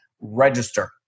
register